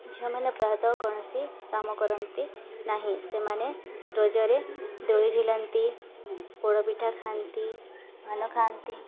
ଝିଅମାନେ ପ୍ରାୟତଃ କୌଣସି କାମ କରନ୍ତି ନାହିଁ ସେମାନେ ରଜରେ ଦୋଳି ଝୁଲନ୍ତି ପୋଡ଼ ପିଠା ଖାଆନ୍ତି ପାନ ଖାଆନ୍ତି